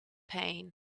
pain